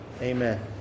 Amen